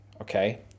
Okay